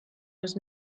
was